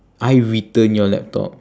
I return your laptop